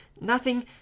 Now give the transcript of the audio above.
Nothing